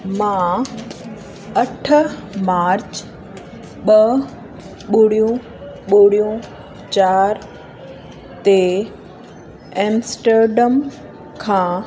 मां अठ मार्च ॿ ॿुड़ियूं ॿुड़ियूं चारि ते एमस्टर्डम खां